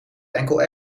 enkel